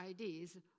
IDs